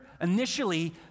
initially